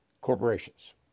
corporations